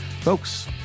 Folks